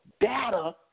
data